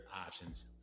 options